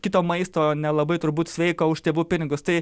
kito maisto nelabai turbūt sveiko už tėvų pinigus tai